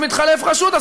אז מתחלפת רשות.